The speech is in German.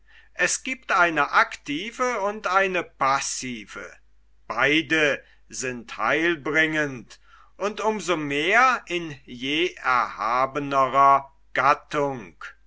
es giebt eine aktive und eine passive beide sind heilbringend und um so mehr in je erhabenerer gattung